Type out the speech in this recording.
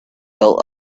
built